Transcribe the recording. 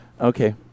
Okay